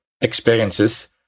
experiences